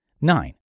Nine